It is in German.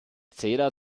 zähler